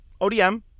ODM